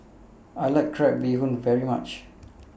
I like Crab Bee Hoon very much